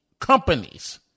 companies